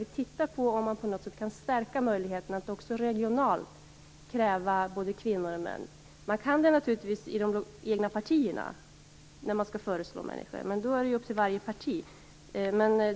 Vi ser över om man på något sätt kan stärka möjligheten att också regionalt kräva att både kvinnor och män nomineras. Det kan man naturligtvis göra när personer skall föreslås inom de egna partierna, men då är det upp till varje parti.